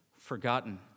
forgotten